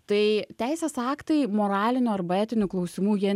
tai teisės aktai moralinių arba etinių klausimų jie